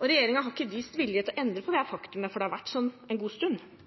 Og regjeringen har ikke vist vilje til å endre på dette faktumet, for det har vært slik en god stund.